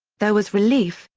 there was relief,